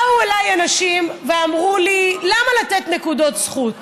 באו אליי אנשים ואמרו לי: למה לתת נקודות זכות